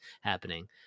happening